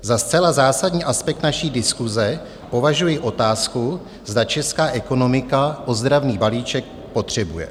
Za zcela zásadní aspekt naší diskuze považuji otázku, zda česká ekonomika ozdravný balíček potřebuje.